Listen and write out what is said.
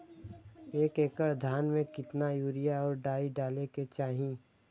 एक एकड़ धान में कितना यूरिया और डाई डाले के चाही?